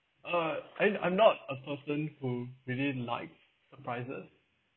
uh I I'm not a person who really like surprises